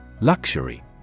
Luxury